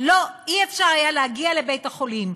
לא היה אפשר להגיע לבית-החולים,